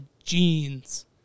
jeans